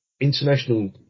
international